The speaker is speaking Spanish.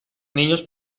niños